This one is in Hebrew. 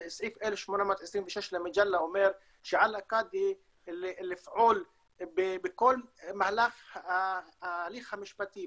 סעיף 1826 למג'לה אומר שעל הקאדי לפעול בכל מהלך ההליך המשפטי,